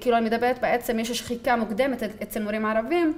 כאילו אני מדברת בעצם יש השחיקה מוקדמת אצל מורים ערבים